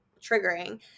triggering